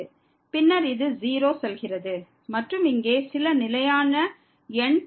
பின்னர் இது 0 செல்கிறது மற்றும் இங்கே சில நிலையான எண் தோன்றுகிறது